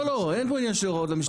לא לא אין פה עניין של הוראות למשטרה.